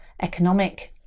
economic